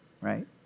right